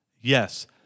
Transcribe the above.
Yes